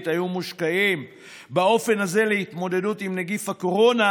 היו מושקעות באופן הזה בהתמודדות עם נגיף הקורונה,